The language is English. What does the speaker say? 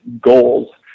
goals